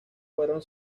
fueron